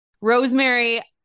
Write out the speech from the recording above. Rosemary